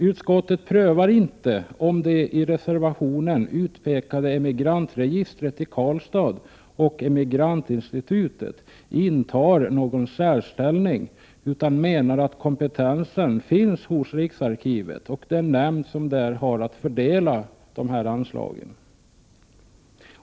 Utskottet prövar inte om de i reservationen utpekade Emigrantregistret i Karlstad och Emigrantinstitutet intar någon särställning utan menar att kompetensen finns hos riksarkivet och den nämnd som där har att fördela anslagen.